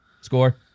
Score